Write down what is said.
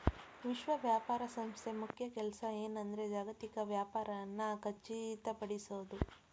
ವಿಶ್ವ ವ್ಯಾಪಾರ ಸಂಸ್ಥೆ ಮುಖ್ಯ ಕೆಲ್ಸ ಏನಂದ್ರ ಜಾಗತಿಕ ವ್ಯಾಪಾರನ ಖಚಿತಪಡಿಸೋದ್